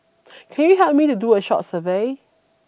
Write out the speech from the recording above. can you help me to do a short survey